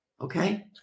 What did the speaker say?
Okay